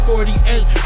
48